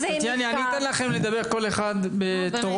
אני אתן לכם לדבר כל אחד בתורו,